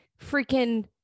freaking